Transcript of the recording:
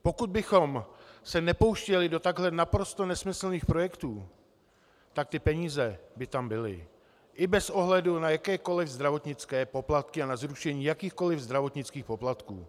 Pokud bychom se nepouštěli do takhle naprosto nesmyslných projektů, tak ty peníze by tam byly, i bez ohledu na jakékoliv zdravotnické poplatky a na zrušení jakýchkoliv zdravotnických poplatků.